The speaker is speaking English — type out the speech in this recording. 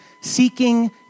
seeking